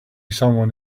someone